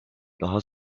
daha